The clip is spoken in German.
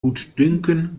gutdünken